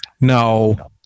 no